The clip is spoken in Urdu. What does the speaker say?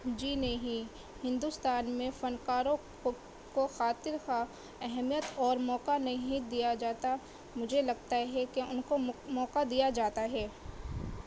جی نہیں ہندوستان میں فنکاروں کو کو خاطر خواہ اہمیت اور موقع نہیں دیا جاتا مجھے لگتا ہے کہ ان کو مو موقع دیا جاتا ہے